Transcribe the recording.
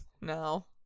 No